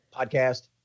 podcast